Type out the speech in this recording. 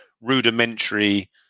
rudimentary